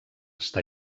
està